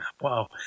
Wow